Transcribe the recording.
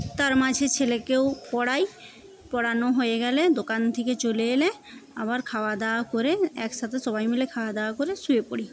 তার মাঝে ছেলেকেও পড়াই পড়ানো হয়ে গেলে দোকান থে কে চলে এলে আবার খাওয়া দাওয়া করে একসাথে সবাই মিলে খাওয়া দাওয়া করে শুয়ে পরি